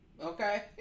Okay